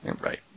Right